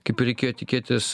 kaip ir reikėjo tikėtis